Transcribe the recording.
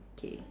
okay